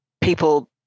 people